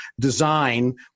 design